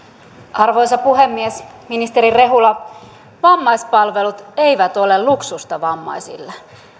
arvoisa puhemies ministeri rehula vammaispalvelut eivät ole luksusta vammaisille